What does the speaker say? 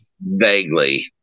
vaguely